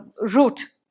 root